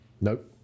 Nope